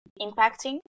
impacting